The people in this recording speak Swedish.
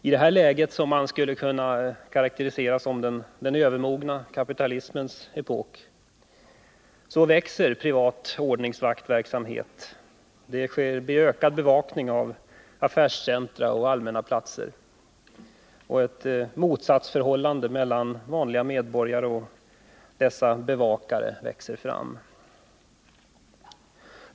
I det här läget, som man skulle kunna karakterisera som den övermogna kapitalismens epok, växer den privata ordningsvaktverksamheten, det blir en ökad bevakning av affärscentra och allmänna platser, och ett motsatsförhållande mellan vanliga medborgare och dessa bevakare växer fram.